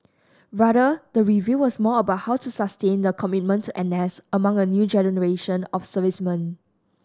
rather the review was more about how to sustain the commitment to N S among a new generation of servicemen